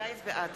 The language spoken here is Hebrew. בעד